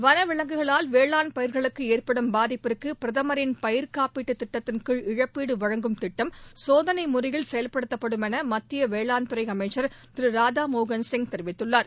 வன விலங்குகளால் வேளாண் பயிர்களுக்கு ஏற்படும் பாதிப்பிற்கு பிரதமரின் பயிர்காப்பீட்டு திட்டத்தின் கீழ் இழப்பீடு வழங்கும் திட்டம் முறையில் செயல்படுத்தப்படும் என மத்திய வேளாண்துறை சோதனை அமைச்சர் திரு ராதாமோகன் சிங் தெரிவித்துள்ளார்